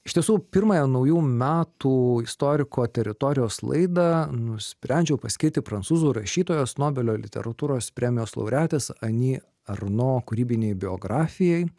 iš tiesų pirmąją naujų metų istoriko teritorijos laidą nusprendžiau paskirti prancūzų rašytojos nobelio literatūros premijos laureatės ani arno kūrybinei biografijai